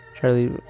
Charlie